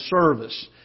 service